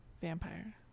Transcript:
Vampire